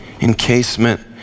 encasement